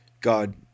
God